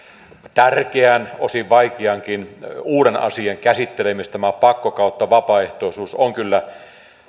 tärkeän osin vaikeankin uuden asian käsittelemisessä tämä pakko tai vapaaehtoisuus on kyllä